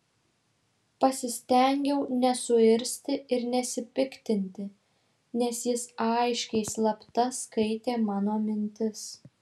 pasistengiau nesuirzti ir nesipiktinti nes jis aiškiai slapta skaitė mano mintis